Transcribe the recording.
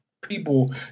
people